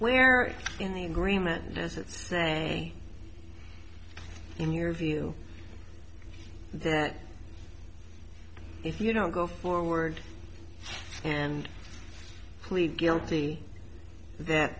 where in the agreement does it say in your view that if you don't go forward and plead guilty that